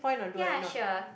ya sure